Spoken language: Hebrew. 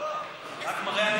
זה רק מראה על,